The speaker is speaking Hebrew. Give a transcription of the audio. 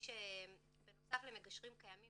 יש בנוסף למגשרים קיימים